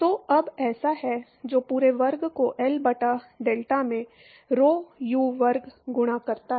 तो अब ऐसा है जो पूरे वर्ग को L बटा डेल्टा में rho u वर्ग गुणा करता है